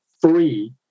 free